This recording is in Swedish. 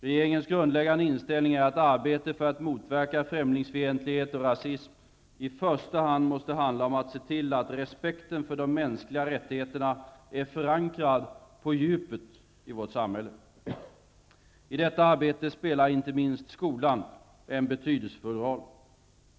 Regeringens grundläggande inställning är att arbetet för att motverka främlingsfientlighet och rasism i första hand måste handla om att se till att respekten för de mänskliga rättigheterna är förankrad på djupet i vårt samhälle. I detta arbete spelar inte minst skolan en betydelsefull roll.